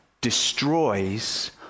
destroys